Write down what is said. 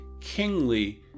kingly